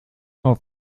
auf